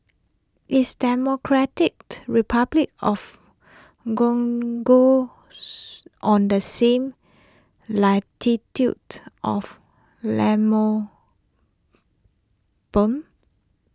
is Democratic Republic of Congo on the same latitude of